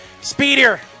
Speedier